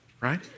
right